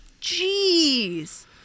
Jeez